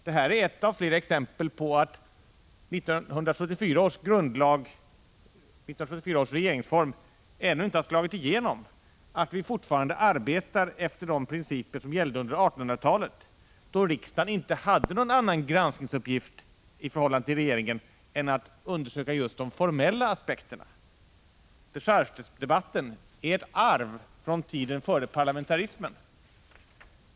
Detta är ett av flera exempel på att 1974 års regeringsform ännu inte har slagit igenom och att vi fortfarande arbetar efter de principer som gällde under 1800-talet, då riksdagen inte hade någon annan granskningsuppgift i förhållande till regeringen än att undersöka just de formella aspekterna. Dechargedebatten är ett arv från tiden före parlamentarismen.